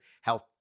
health